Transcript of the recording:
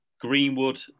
Greenwood